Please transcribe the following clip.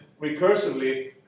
recursively